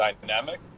dynamic